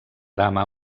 dama